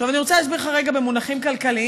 אני רוצה להסביר לך רגע במונחים כלכליים.